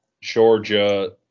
Georgia